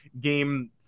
Game